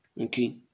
Okay